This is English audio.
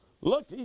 look